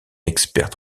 experte